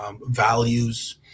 values